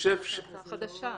זו הצעה חדשה.